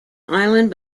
island